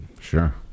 Sure